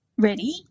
ready